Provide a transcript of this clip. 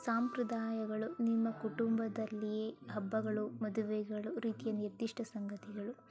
ಸಾಂಪ್ರದಾಯಗಳು ನಿಮ್ಮ ಕುಟುಂಬದಲ್ಲಿ ಹಬ್ಬಗಳು ಮದುವೆಗಳು ರೀತಿಯ ನಿರ್ದಿಷ್ಟ ಸಂಗತಿಗಳು